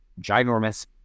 ginormous